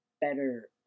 better